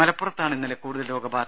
മലപ്പുറത്താണ് ഇന്നലെ കൂടുതൽ രോഗബാധ